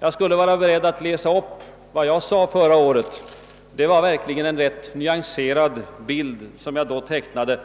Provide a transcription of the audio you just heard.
Jag skulle vara beredd att läsa upp vad jag sade förra året; det var verkligen en rätt nyanserad bild som jag då tecknade.